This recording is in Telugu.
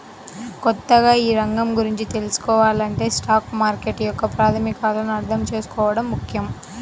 కొత్తగా ఈ రంగం గురించి తెల్సుకోవాలంటే స్టాక్ మార్కెట్ యొక్క ప్రాథమికాలను అర్థం చేసుకోవడం ముఖ్యం